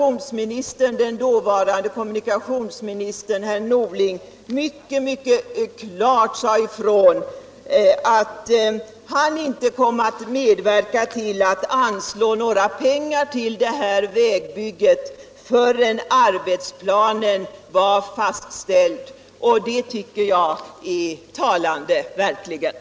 Då sade den dåvarande kommunikationsministern Norling mycket klart ifrån att han inte skulle komma att medverka till att anslå några pengar till detta vägbygge förrän arbetsplanen var fastställd, och det tycker jag verkligen är talande.